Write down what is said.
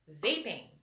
Vaping